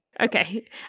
okay